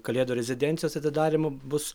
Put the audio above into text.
kalėdų rezidencijos atidarymu bus